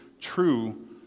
true